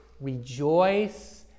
Rejoice